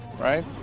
right